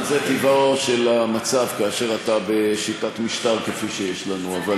אבל זה טבעו של המצב כאשר אתה בשיטת משטר כפי שיש לנו.